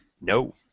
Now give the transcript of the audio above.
No